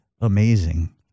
amazing